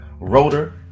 Rotor